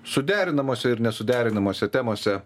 suderinamose ir nesuderinamose temose